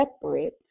separate